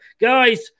Guys